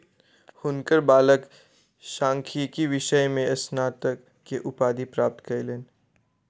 हुनकर बालक सांख्यिकी विषय में स्नातक के उपाधि प्राप्त कयलैन